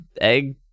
egg